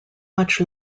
much